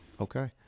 Okay